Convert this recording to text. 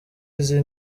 izo